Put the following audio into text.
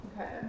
Okay